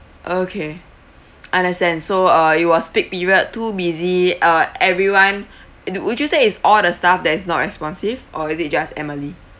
okay understand so uh it was peak period too busy uh everyone would you say is all the staff that is not responsive or is it just emily